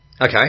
okay